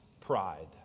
pride